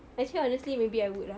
actually honestly maybe I would lah